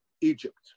Egypt